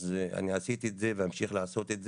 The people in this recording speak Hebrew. אז אני עשיתי את זה ואמשיך לעשות את זה.